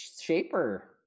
shaper